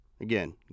Again